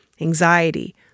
Anxiety